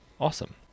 Awesome